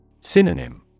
Synonym